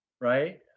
right